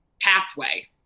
pathway